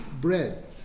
bread